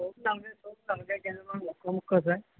সব নালাগে সব নালাগে কেইজনমান মুখ্য মুখ্য চাই